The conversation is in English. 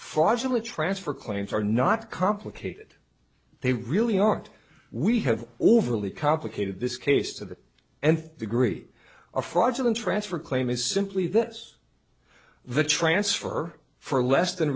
actually transfer claims are not complicated they really aren't we have overly complicated this case to the nth degree of fraudulent transfer claim is simply this the transfer for less than